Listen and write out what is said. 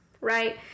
right